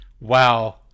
Wow